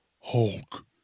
Hulk